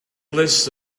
list